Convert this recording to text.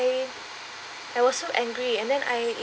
I I was so angry and then I